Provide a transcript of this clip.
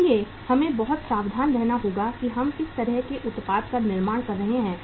इसलिए हमें बहुत सावधान रहना होगा कि हम किस तरह के उत्पाद का निर्माण कर रहे हैं